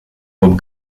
robe